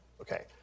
Okay